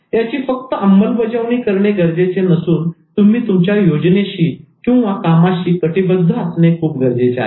याची फक्त अंमलबजावणी करणे गरजेचे नसून तुम्ही तुमच्या योजनेशीकामाशी कटिबद्ध असणे खूप गरजेचे आहे